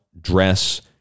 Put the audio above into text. dress